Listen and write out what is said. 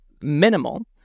minimal